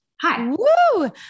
Hi